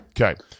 Okay